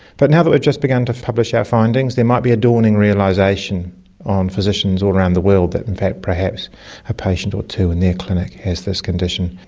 but now that we've just begun to publish our findings there might be a dawning realisation on physicians all around the world that in fact perhaps a patient or two in their clinic has this condition.